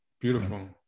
beautiful